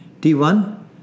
T1